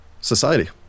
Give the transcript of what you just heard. Society